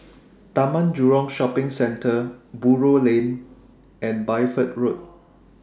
Taman Jurong Shopping Centre Buroh Lane and Bideford Road